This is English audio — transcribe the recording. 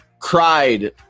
cried